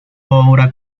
obra